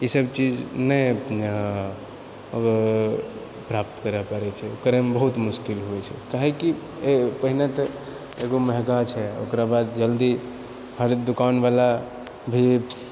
ई सब चीज नहि प्राप्त करए पड़ैत छै करएमे बहुत मुश्किल होइत छै काहेकि पहिने तऽ एगो महङ्गा छै ओकराबाद जल्दी हर दुकानवला भी